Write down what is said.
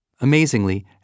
Amazingly